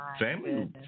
family